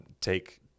take